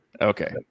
Okay